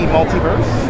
Multiverse